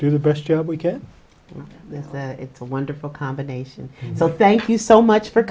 do the best job we can that it's a wonderful combination so thank you so much for